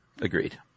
agreed